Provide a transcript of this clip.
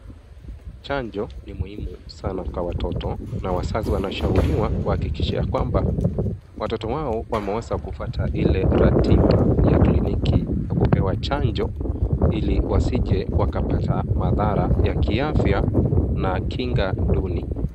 Chanjo ni muhimu sana kwa watoto na wazazi wanashauriwa wahakikishe kwamba watoto wao wameweza kufuata ile ratiba ya kliniki ya kupewa chanjo, ili wasije wakapata madhara ya kiafya na kinga duni.